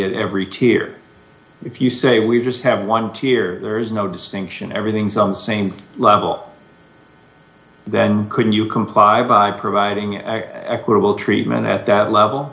equity every tier if you say we just have one tear there is no distinction everything's on the same level then could you comply by providing an equitable treatment at that level